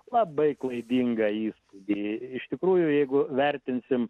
labai klaidingą įspūdį iš tikrųjų jeigu vertinsim